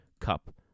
cup